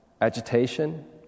Agitation